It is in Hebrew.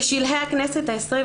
בשלהי הכנסת ה-20,